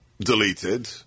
Deleted